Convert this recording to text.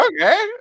okay